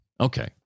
okay